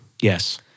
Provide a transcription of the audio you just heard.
Yes